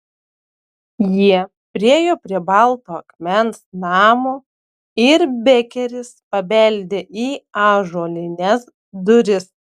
jie priėjo prie balto akmens namo ir bekeris pabeldė į ąžuolines duris